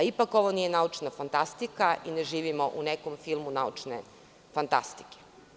Ipak ovo nije naučna fantastika i ne živimo u nekom filmu naučne fantastike.